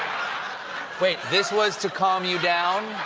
wait. this was to calm you down?